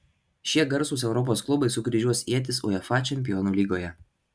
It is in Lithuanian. šie garsūs europos klubai sukryžiuos ietis uefa čempionų lygoje